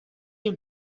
you